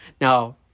Now